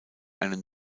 einen